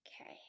okay